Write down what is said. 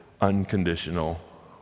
unconditional